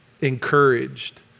encouraged